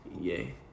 Yay